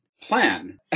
plan